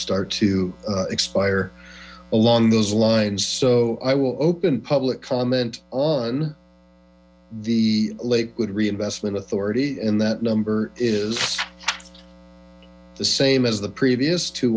start to expire along thoseinines so i will open public comment on the lakewood reinvesenent authority and that number is the same as the previous two